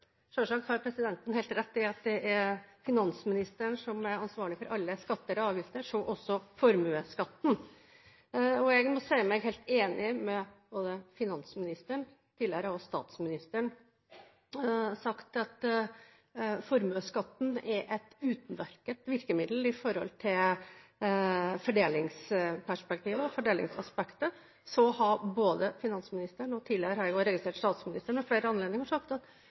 Selvsagt har presidenten helt rett i at det er finansministeren som er ansvarlig for alle skatter og avgifter, så også formuesskatten. Jeg må si meg helt enig med både finansministeren og statsministeren som tidligere har sagt at formuesskatten er et utmerket virkemiddel i forhold til fordelingsperspektivet, fordelingsaspektet. Så har finansministeren, og tidligere har jeg registrert også statsministeren, ved flere anledninger sagt